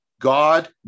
God